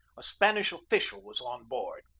a span ish official was on board.